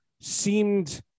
seemed